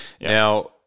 Now